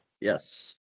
Yes